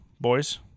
boys